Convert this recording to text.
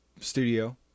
studio